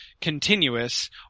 continuous